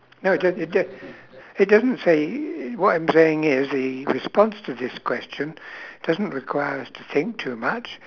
not it don't it don't it doesn't say what I'm saying is a response to this question doesn't require us to think too much